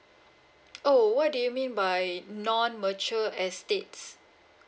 oh what do you mean by non mature estates